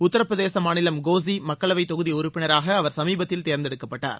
உத்தரப்பிரதேச மாநிலம் கோஸி மக்களவைத் தொகுதி உறப்பினராக அவர் சமீபத்தில் தேர்ந்தெடுக்கப்பட்டார்